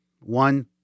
One-